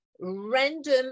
random